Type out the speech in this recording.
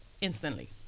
Instantly